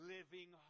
Living